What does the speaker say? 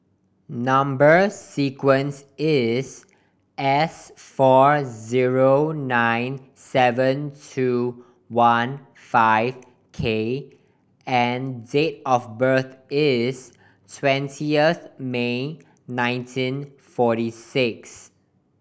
number sequence is S four zero nine seven two one five K and date of birth is twentieth May nineteen forty six